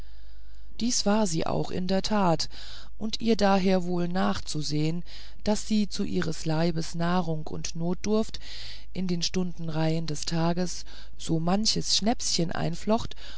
dies war sie auch in der tat und ihr daher wohl nachzusehen daß sie zu ihres leibes nahrung und notdurft in die stundenreihe des tages so manches schnäpschen